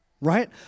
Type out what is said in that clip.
right